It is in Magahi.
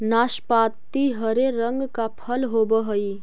नाशपाती हरे रंग का फल होवअ हई